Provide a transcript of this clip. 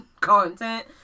content